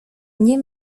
nie